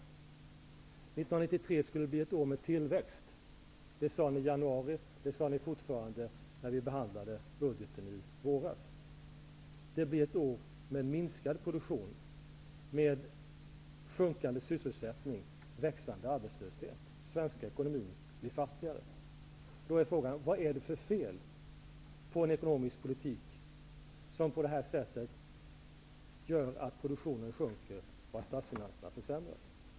1993 skulle bli ett år med tillväxt. Det sade ni i januari, och det sade ni fortfarande när vi behandlade budgeten i våras. Det blir ett år med minskad produktion, sjunkande sysselsättning och växande arbetslöshet. Den svenska ekonomin blir fattigare. Vad är det för fel på en ekonomisk politik som på detta sätt gör att produktionen sjunker och att statsfinanserna försämras?